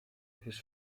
his